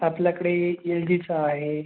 आपल्याकडे एल जीचा आहे